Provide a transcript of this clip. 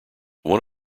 one